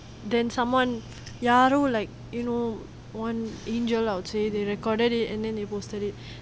then someone யாரோ:yaaro like you know one angel out they recorded it then they posted it